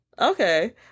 Okay